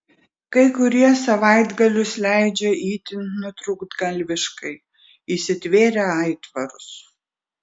kai kurie savaitgalius leidžia itin nutrūktgalviškai įsitvėrę aitvarus